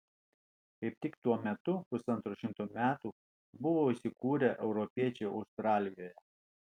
kaip tik tuo metu pusantro šimto metų buvo įsikūrę europiečiai australijoje